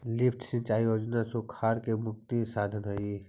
lift सिंचाई योजना सुखाड़ से मुक्ति के साधन हई